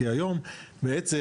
כי היום בעצם,